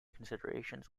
considerations